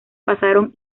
pasaron